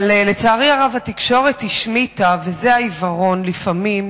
לצערי הרב, התקשורת השמיטה, וזה העיוורון לפעמים,